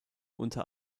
unter